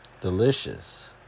Delicious